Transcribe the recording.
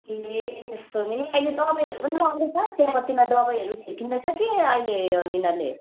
ए त्यस्तो नि अहिले दबाईहरू पनि लाउँदैछ चियापत्तीमा दबाईहरू छिटिन्दैछ कि अहिले यो यिनीहरूले